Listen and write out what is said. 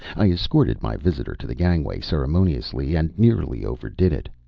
i escorted my visitor to the gangway ceremoniously, and nearly overdid it.